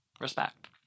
respect